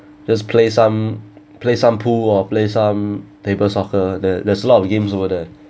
just play some play some pool or play some table soccer there there's a lot of games over there